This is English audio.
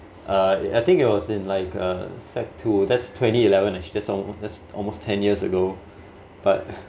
uh I think it was in like uh set two that's twenty eleven act~ that's al~ that's almost ten years ago but